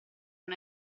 non